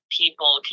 people